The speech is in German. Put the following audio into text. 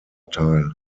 teil